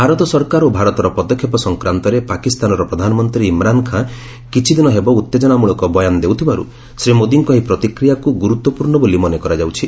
ଭାରତ ସରକାର ଓ ଭାରତର ପଦକ୍ଷେପ ସଂକ୍ରାନ୍ତରେ ପାକିସ୍ତାନର ପ୍ରଧାନମନ୍ତ୍ରୀ ଇମ୍ରାନ୍ ଖାଁ କିଛି ଦିନ ହେବ ଉତ୍ତେଜନାମୂଳକ ବୟାନ ଦେଉଥିବାରୁ ଶ୍ରୀ ମୋଦୀଙ୍କ ଏହି ପ୍ରତିକ୍ରିୟାକୁ ଗୁରୁତ୍ୱପୂର୍ଣ୍ଣ ବୋଲି ମନେ କରାଯାଉଛି